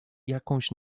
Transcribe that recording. jakąś